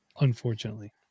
unfortunately